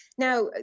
Now